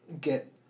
get